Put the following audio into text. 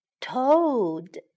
Toad